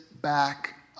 back